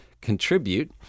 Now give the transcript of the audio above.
contribute